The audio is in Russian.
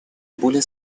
более